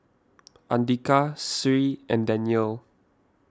andika Sri and Danial